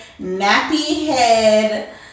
nappy-head